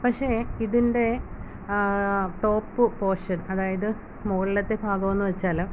പക്ഷേ ഇതിൻ്റെ top portion അതായത് മുകളിലത്തെ ഭാഗം എന്ന് വെച്ചാൽ